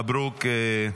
מברוק,